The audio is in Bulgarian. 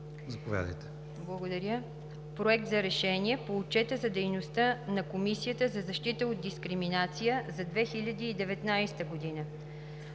госпожа Чеканска Проект за решение по Отчета за дейността на Комисията за защита от дискриминация за 2019 г.